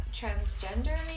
transgender